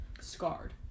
scarred